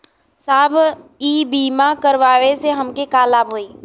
साहब इ बीमा करावे से हमके का लाभ होई?